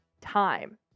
time